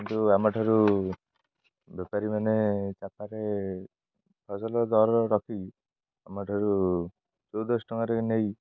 କିନ୍ତୁ ଆମଠାରୁ ବେପାରୀମାନେ ତାପରେ ଫସଲ ଦର ରଖି ଆମଠାରୁ ଚଉଦଶହ ଟଙ୍କାରେ ନେଇ